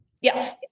Yes